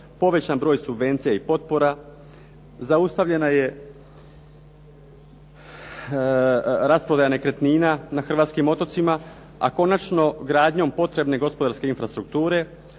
povećan broj subvencija i potpora, zaustavljena je rasprodaja nekretnina na hrvatskim otocima, a konačno gradnjom potrebne gospodarske infrastrukture,